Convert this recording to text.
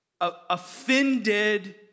offended